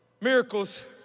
Miracles